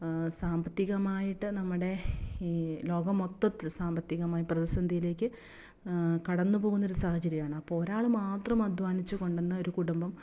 സാമ്പത്തികമായിട്ട് നമ്മുടെ ഈ ലോകം മൊത്തത്തിൽ സാമ്പത്തികമായി പ്രതിസന്ധിയിലേക്ക് കടന്ന് പോകുന്നൊരു സാഹചര്യമാണ് അപ്പോൾ ഒരാൾ മാത്രം അദ്ധ്വാനിച്ച് കൊണ്ട് ഇന്ന് ഒരു കുടുംബം